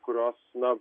kurios na